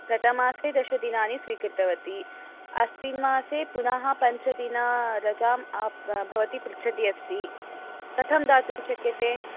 गतमासे दशदिनानि स्वीकृतवती अस्मिन् मासे पुनः पञ्चदिनानि रजां भवती पृच्छती अस्ति कथं दातुं शक्यते